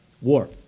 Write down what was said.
war